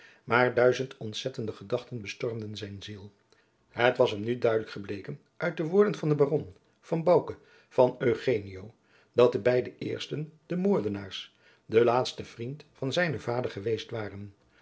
maar duizend ontzettende gedachten bestormden zijne ziel het was hem nu duidelijk gebleken uit de woorden van den baron van bouke van eugenio dat de beide eersten de moordenaars de laatste de vriend van zijnen vader geweest waren